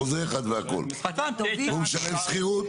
חוזה אחד והכול והוא משלם שכירות,